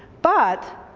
but